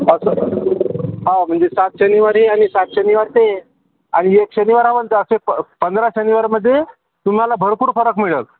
अच्छा हाव म्हणजे सात शनिवारी आणि सात शनिवारी ते आणि एक शनिवार एक जास्त असे प पंधरा शनिवारमध्ये तुम्हाला भरपूर फरक मिळल